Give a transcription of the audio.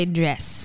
dress